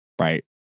Right